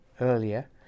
earlier